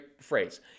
phrase